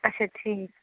اَچھا ٹھیٖک